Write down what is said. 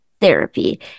therapy